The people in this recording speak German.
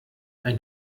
ein